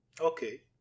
Okay